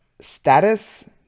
status